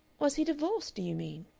was he divorced, do you mean?